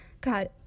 god